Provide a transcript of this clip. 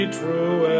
true